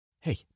Hey